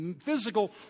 physical